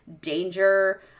danger